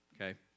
Okay